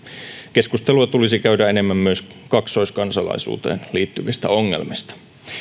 keskustelua tulisi käydä enemmän myös kaksoiskansalaisuuteen liittyvistä ongelmista